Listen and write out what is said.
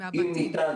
אם ניתן,